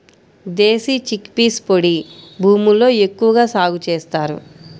దేశీ chickpeas పొడి భూముల్లో ఎక్కువగా సాగు చేస్తారు